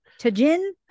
Tajin